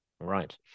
Right